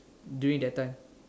during that time